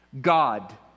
God